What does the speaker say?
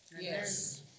Yes